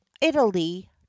italy